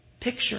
picture